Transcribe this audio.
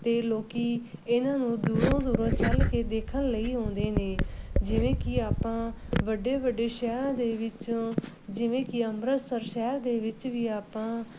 ਅਤੇ ਲੋਕੀ ਇਹਨਾਂ ਨੂੰ ਦੂਰੋਂ ਦੂਰੋਂ ਚੱਲ ਕੇ ਦੇਖਣ ਲਈ ਆਉਂਦੇ ਨੇ ਜਿਵੇਂ ਕਿ ਆਪਾਂ ਵੱਡੇ ਵੱਡੇ ਸ਼ਹਿਰ ਦੇ ਵਿੱਚੋ ਜਿਵੇਂ ਕਿ ਅੰਮ੍ਰਿਤਸਰ ਸ਼ਹਿਰ ਦੇ ਵਿੱਚ ਵੀ ਆਪਾਂ